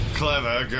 clever